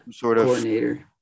coordinator